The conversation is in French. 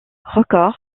records